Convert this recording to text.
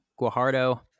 Guajardo